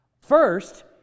First